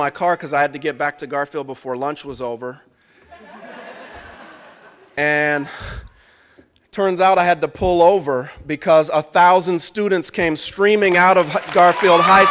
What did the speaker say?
my car because i had to get back to garfield before lunch was over and turns out i had to pull over because a thousand students came streaming out of garfield